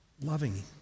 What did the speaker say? loving